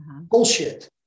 Bullshit